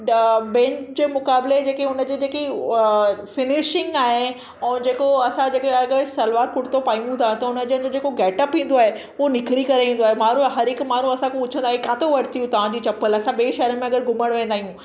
ॿियनि जे मुक़ाबले जेकी उनजी जेकी फिनिशिंग आहे ऐं जेको असां जेके अगरि सलवार कुर्तो पायूं था त उनजो जेको गेटप ईंदो आहे उ निख़िरी करे ईंदो आहे माण्हू हरहिकु माण्हू पुछंदा आहिनि किथे वरितियूं तव्हांजी चपल असां ॿिए शहर में अगर घुमणु वेंदा आहियूं